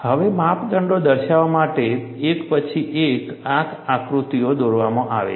હવે માપદંડો દર્શાવવા માટે એક પછી એક આ આકૃતિઓ દોરવામાં આવે છે